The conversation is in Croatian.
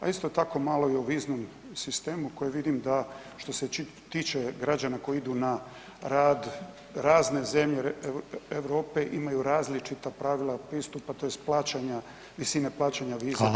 A isto tako, malo i o viznom sistemu koji vidim da, što se tiče građana koji idu na rad, razne zemlje Europe imaju različita pravila pristupa, tj. plaćanja, visine plaćanja viza prema Britaniji.